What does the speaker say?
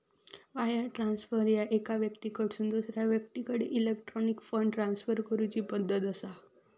wire transfer ह्या एका व्यक्तीकडसून दुसरा व्यक्तीकडे इलेक्ट्रॉनिक फंड ट्रान्सफर करूची पद्धत असा